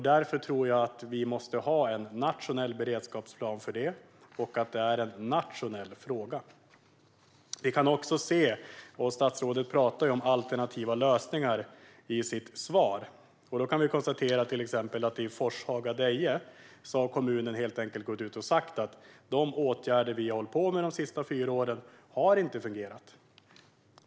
Därför tror jag att vi måste ha en nationell beredskapsplan för det och att det är en nationell fråga. Statsrådet talar om alternativa lösningar i sitt svar. Då kan vi till exempel konstatera att kommunen har sagt att de åtgärder som man har vidtagit i Forshaga och Deje de senaste fyra åren inte har fungerat.